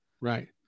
Right